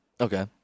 Okay